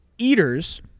Eaters